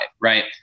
Right